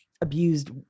abused